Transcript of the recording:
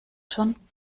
schon